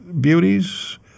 beauties